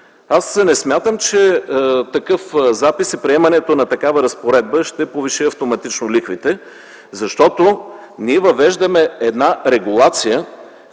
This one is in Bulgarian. Аз не смятам, че такъв запис и приемането на такава разпоредба ще повиши автоматично лихвите, защото ние въвеждаме една регулация,